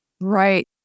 Right